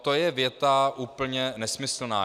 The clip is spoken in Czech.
To je věta úplně nesmyslná.